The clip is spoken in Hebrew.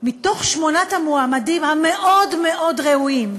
בתוך שמונת המועמדים המאוד-מאוד ראויים,